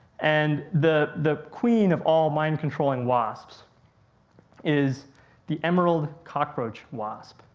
and the, the queen of all mind controlling wasps is the emerald cockroach wasp.